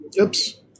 Oops